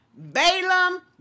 Balaam